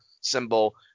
symbol